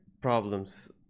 problems